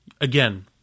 again